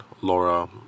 Laura